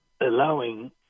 allowing